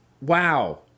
Wow